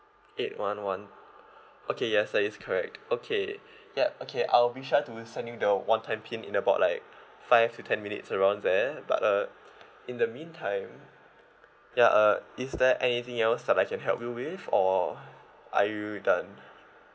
eight one one okay yes that is correct okay yup okay I'll be sure to send you the one time pin in about like five to ten minutes around there but uh in the meantime ya uh is there anything else that I can help you with or are you done